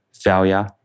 failure